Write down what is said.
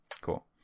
Cool